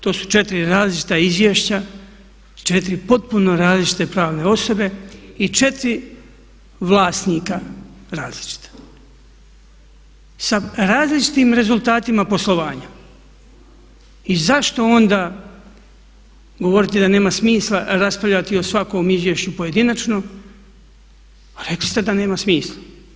To su 4 različita izvješća, 4 potpuno različite pravne osobe i 4 vlasnika različita sa različitim rezultatima poslovanja i zašto onda govoriti da nema smisla raspravljati o svakom izvješću pojedinačno a rekli ste da nema smisla.